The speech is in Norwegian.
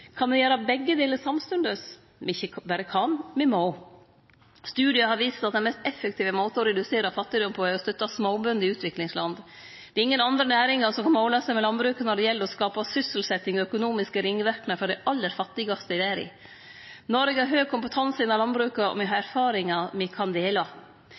Kan me gjere begge delar samstundes? Me ikkje berre kan – me må. Studiar har vist at den mest effektive måten å redusere fattigdom på er å støtte småbønder i utviklingsland. Det er ingen andre næringar som kan måle seg med landbruket når det gjeld å skape sysselsetjing og økonomiske ringverknader for dei aller fattigaste i verda. Noreg har høg kompetanse innan landbruket, og me har erfaringar me kan